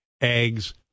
Eggs